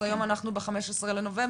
היום אנחנו ב-15 בנובמבר,